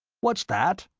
what's that?